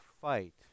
fight